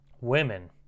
Women